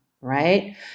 right